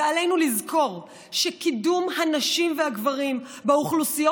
ועלינו לזכור שקידום הנשים והגברים באוכלוסיות